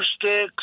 sticks